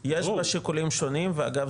יש פה שיקולים שונים ואגב,